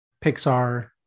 Pixar